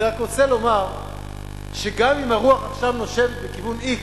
אני רק רוצה לומר שגם אם עכשיו הרוח נושבת לכיוון x